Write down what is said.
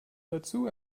dazu